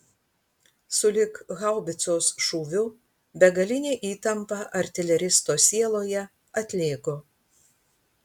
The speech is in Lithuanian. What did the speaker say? sulig haubicos šūviu begalinė įtampa artileristo sieloje atlėgo